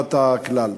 לרווחת הכלל.